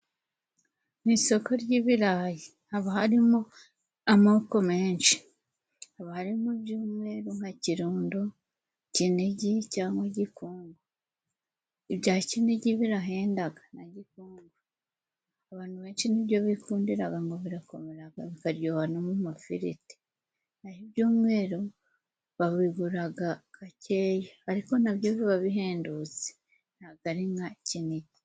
Mu isoko ry'ibirayi haba harimo amoko menshi. Haba harimo iby'umweru nka kirundo, kinigi cyangwa gikonko. Ibya kinigi birahendaga na gikonko, abantu benshi ni byo bikundiraga ngo birakomeraga bikaryoha no mu mafiriti, naho iby'umweru babiguraga gakeya ariko na byo biba bihendutse ntabwo ari nka kinigi.